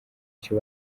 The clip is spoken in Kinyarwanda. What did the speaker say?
icyo